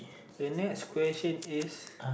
the next question is